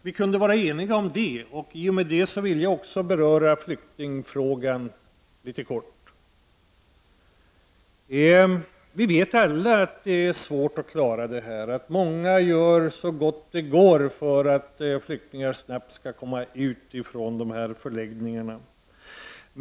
Vi kunde vara eniga om det, vilket leder mig till att också vilja beröra flyktingfrågan litet kort. Vi vet alla att många gör så gott det går för att flyktingar snabbt skall komma ut från förläggningarna.